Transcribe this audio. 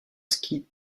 ski